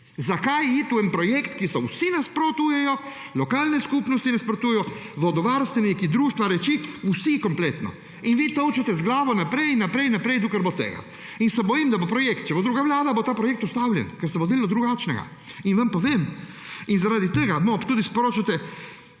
Zakaj iti v en projekt, ki mu vsi nasprotujejo, lokalne skupnosti nasprotujejo, vodovarstveniki, društva, reči, vsi kompletno in vi tolčete z glavo naprej in naprej. In se bojim, da bo projekt, če bo druga vlada, bo ta projekt ustavljen, ker se bo vzelo drugačnega. Povem vam! Zaradi tega v MOP tudi sporočate,